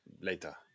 Later